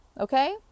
Okay